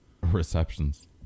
Receptions